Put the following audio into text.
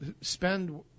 spend